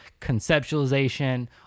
conceptualization